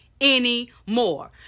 anymore